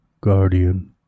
guardian